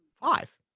Five